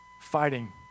fighting